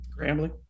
Grambling